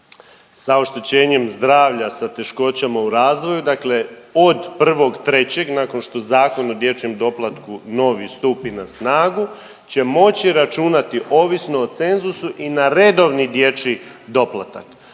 sa oštećenjem zdravlja, sa teškoćama u razvoju dakle od 1.3. nakon što Zakon o dječjem doplatku novi stupi na snagu će moći računati ovisno o cenzusu i na redovni dječji doplatak.